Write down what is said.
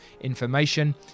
information